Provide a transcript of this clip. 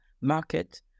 market